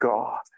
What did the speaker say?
God